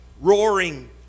Roaring